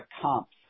comps